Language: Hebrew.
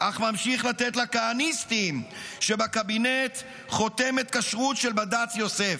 אך ממשיך לתת לכהניסטים שבקבינט חותמת כשרות של בד"ץ יוסף.